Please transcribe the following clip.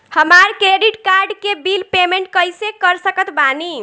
हमार credit card के bill payment कइसे कर सकत बानी?